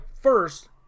first